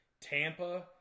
Tampa